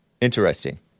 Interesting